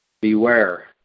Beware